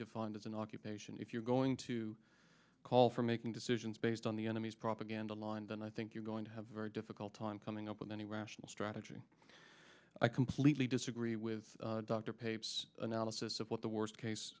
defined as an occupation if you're going to call for making decisions based on the enemy's propaganda line then i think you're going to have a very difficult time coming up with any rational strategy i completely disagree with dr pape's analysis of what the worst case